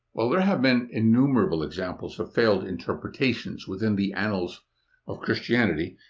while there have been innumerable examples of failed interpretations within the annuls of christianity,